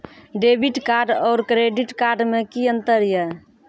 Debit card और credit card मे कि अंतर या?